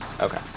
Okay